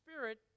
Spirit